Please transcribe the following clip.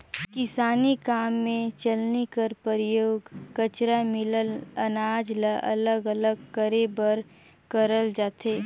किसानी काम मे चलनी कर परियोग कचरा मिलल अनाज ल अलग अलग करे बर करल जाथे